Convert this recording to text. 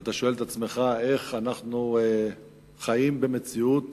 ואתה שואל את עצמך איך אנחנו חיים במציאות